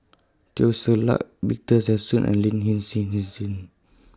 Teo Ser Luck Victor Sassoon and Lin Hin Hsin Hsin